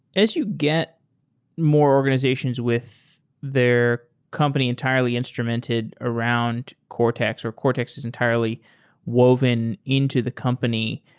as you get more organizations with their company entirely instrumented around cortex, or cortex is entirely woven into the company.